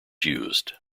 used